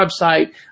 website